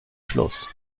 schluss